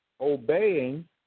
obeying